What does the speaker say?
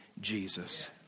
Jesus